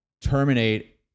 terminate